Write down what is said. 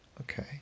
okay